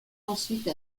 ensuite